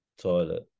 toilet